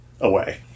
away